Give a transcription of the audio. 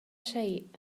شيء